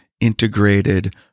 Integrated